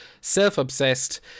self-obsessed